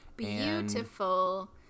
beautiful